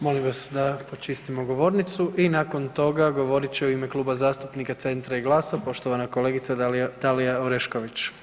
Molim vas da počistimo govornicu i nakon toga govorit će u ime Kluba zastupnika Centa i GLAS-a, poštovana kolegica Dalija Orešković.